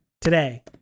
today